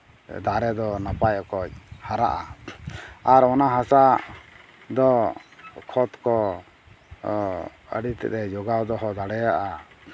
ᱫᱟᱨᱮ ᱫᱚ ᱱᱟᱯᱟᱭ ᱚᱠᱚᱡᱽ ᱦᱟᱨᱟᱜᱼᱟ ᱟᱨ ᱚᱱᱟ ᱦᱟᱥᱟ ᱫᱚ ᱠᱷᱚᱛ ᱠᱚ ᱟᱹᱰᱤ ᱛᱮᱫᱼᱮ ᱡᱚᱜᱟᱣ ᱫᱚᱦᱚ ᱫᱟᱲᱮᱭᱟᱜᱼᱟ